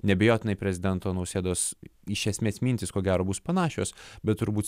neabejotinai prezidento nausėdos iš esmės mintys ko gero bus panašios bet turbūt